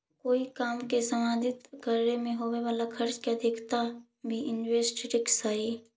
कोई काम के संपादित करे में होवे वाला खर्च के अधिकता भी इन्वेस्टमेंट रिस्क हई